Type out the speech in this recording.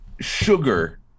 sugar